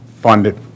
funded